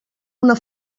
una